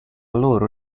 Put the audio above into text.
loro